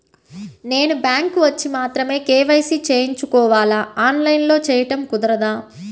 నేను బ్యాంక్ వచ్చి మాత్రమే కే.వై.సి చేయించుకోవాలా? ఆన్లైన్లో చేయటం కుదరదా?